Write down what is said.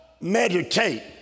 meditate